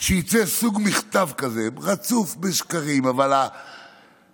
שיצא סוג מכתב כזה, רצוף בשקרים, אבל אם